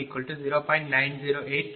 4570